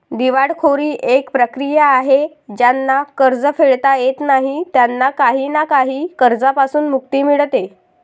दिवाळखोरी एक प्रक्रिया आहे ज्यांना कर्ज फेडता येत नाही त्यांना काही ना काही कर्जांपासून मुक्ती मिडते